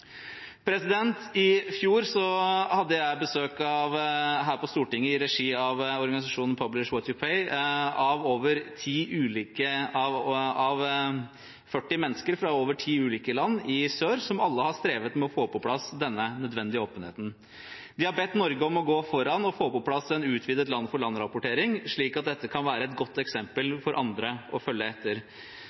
menneskerettighetsforpliktelser. I fjor hadde jeg besøk her på Stortinget, i regi av organisasjonen Publish What You Pay, av 40 mennesker fra over ti ulike land i sør, som alle har strevd med å få på plass denne nødvendige åpenheten. De har bedt Norge om å gå foran og få på plass en utvidet land-for-land-rapportering, slik at dette kan være et godt eksempel for andre å følge etter.